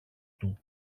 του